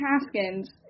Haskins